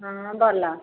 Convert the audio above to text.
ହଁ ଭଲ